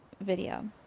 video